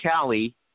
Callie